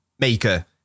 maker